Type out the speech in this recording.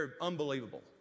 unbelievable